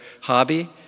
hobby